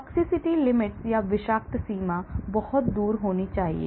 Toxicity limits विषाक्त सीमा बहुत दूर होनी चाहिए